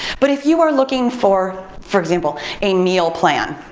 but if you are looking for, for example, a meal plan,